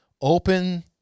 open